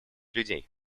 людей